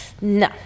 no